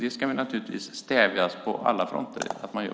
Det ska naturligtvis stävjas på alla fronter.